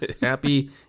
Happy